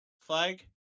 flag